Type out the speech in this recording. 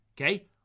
Okay